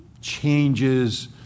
changes